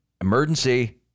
emergency